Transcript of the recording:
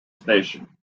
station